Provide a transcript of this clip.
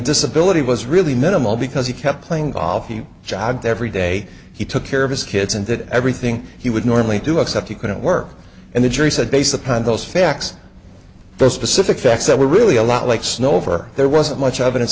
disability was really minimal because he kept playing golf he jogged every day he took care of his kids and did everything he would normally do except he couldn't work and the jury said based upon those facts the specific facts that were really a lot like snow over there wasn't much evidence